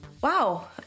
Wow